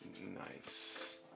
Nice